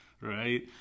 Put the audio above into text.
right